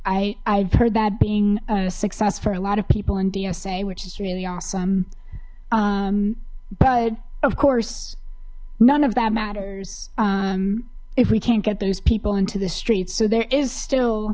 i've heard that being a success for a lot of people in dsa which is really awesome but of course none of that matters if we can't get those people into the streets so there is still